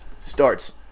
starts